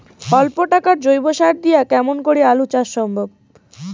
অল্প টাকার জৈব সার দিয়া কেমন করি আলু চাষ সম্ভব?